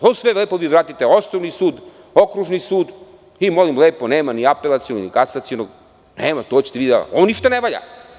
To sve lepo vi vratite, Osnovni sud, Okružni sud i molim lepo, nema ni Apelacionog, ni Kasacionog, ovo ništa ne valja.